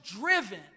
driven